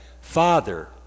Father